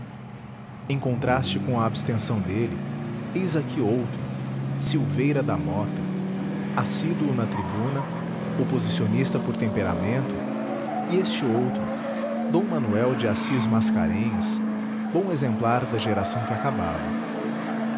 contraste com a abstenção dele eis aqui outro silveira da mota assíduo na tribuna oposicionista por temperamento e este outro d manuel de assis mascarenhas bom exemplar da geração que acabava